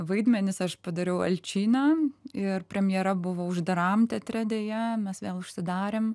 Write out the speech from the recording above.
vaidmenis aš padariau alčiną ir premjera buvo uždaram teatre deja mes vėl užsidarėme